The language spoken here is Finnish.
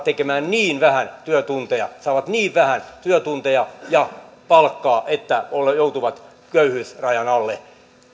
tekemään niin vähän työtunteja saavat niin vähän työtunteja ja palkkaa että joutuvat köyhyysrajan alle